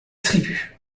tribu